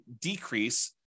decrease